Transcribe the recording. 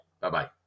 Bye-bye